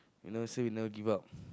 you never say you never give up